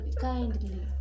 kindly